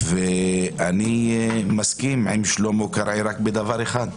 ואני מסכים עם שלמה קרעי רק בדבר אחד,